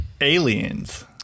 aliens